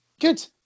Good